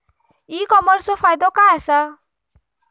E कॉमर्सचो फायदो काय असा?